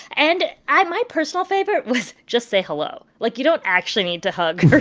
and i my personal favorite was just say hello. like, you don't actually need to hug.